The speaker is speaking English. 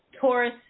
Taurus